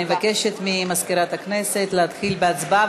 אני מבקשת ממזכירת הכנסת להתחיל בהצבעה,